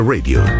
Radio